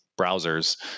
browsers